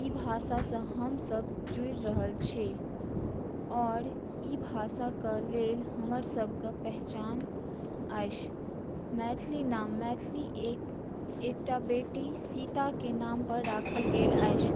ई भाषा सॅं हमसभ जुड़ि रहल छी आओर ई भाषाक लेल हमर सभके पहचान अछि मैथिली नाम मैथिली एकटा बेटी सीताके नाम पर राखल गेल अछि